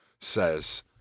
says